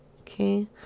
Okay